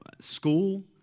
school